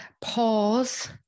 Pause